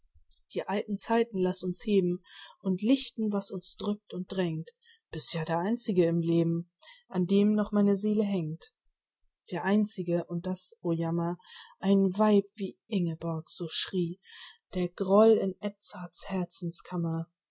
die alten zeiten laß uns heben und lichten was uns drückt und drängt bist ja der einzige im leben an dem noch meine seele hängt der einzige und hat o jammer ein weib wie ingeborg so schrie der groll in